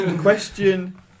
Question